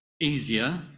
easier